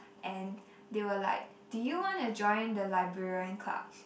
and they were like do you want to join the librarian club